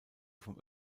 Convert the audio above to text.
vom